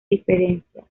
diferencias